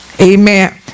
Amen